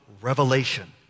Revelation